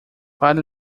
para